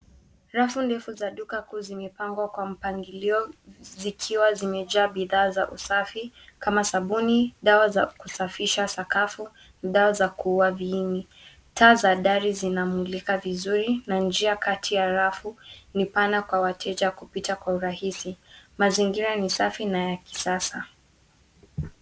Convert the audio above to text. Rafu ndefu za duka kuu zimepangwa kwa mpangilio zikiwa zimejaa bidhaa za usafi, kama sabuni, dawa za kusafisha sakafu, dawa za kuua viini. Taa za dari zinamulika vizuri, na njia kati ya rafu, ni pana kwa wateja kupita kwa urahisi. Mazingira ni safi, na ya kisasa.